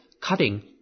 cutting